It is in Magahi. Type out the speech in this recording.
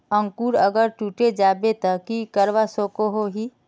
अंकूर अगर टूटे जाबे ते की करवा सकोहो ही?